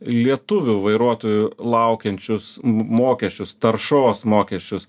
lietuvių vairuotojų laukiančius mokesčius taršos mokesčius